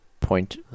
point